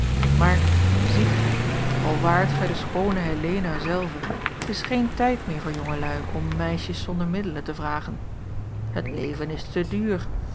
maar ziet gij al waart gij de schoone helena zelve t is geen tijd meer voor jongelui om meisjes zonder middelen te vragen het leven is te duur